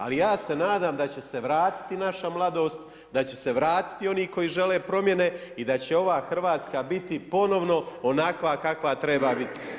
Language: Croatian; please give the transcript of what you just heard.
Ali ja se nadam da će se vratiti naša mladost, da će se vratiti oni koji žele promjene i da će ova Hrvatska biti ponovno onakva kakva treba biti.